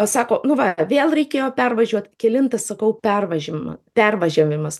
sako nu va vėl reikėjo pervažiuot kelintas sakau pervažiavima pervažiavimas